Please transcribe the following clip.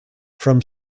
from